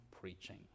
preaching